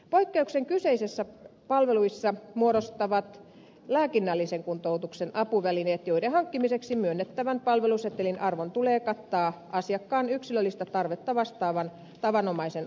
poikkeuksen kyseisissä palveluissa muodostavat lääkinnällisen kuntoutuksen apuvälineet joiden hankkimiseksi myönnettävän palvelusetelin arvon tulee kattaa asiakkaan yksilöllistä tarvetta vastaavan tavanomaisen apuvälineen arvo